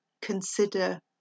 consider